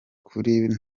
kuri